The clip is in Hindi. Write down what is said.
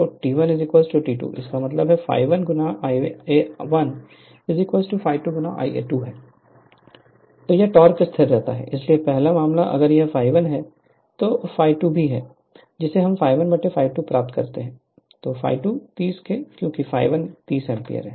तो T1 T 2 इसका मतलब है∅1 Ia1 ∅2 Ia2 है टोक़ यह टोक़ स्थिर रहता है इसलिए पहला मामला अगर यह ∅1 ∅1 है तो यह ∅2 ∅2है जिसे हम ∅1∅2 प्राप्त करते हैं ∅230 से क्योंकि ∅1 30 एम्पीयर